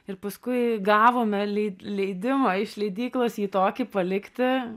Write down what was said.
ir paskui gavome lei leidimą iš leidyklos jį tokį palikti